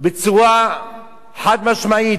בצורה חד-משמעית: